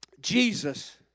Jesus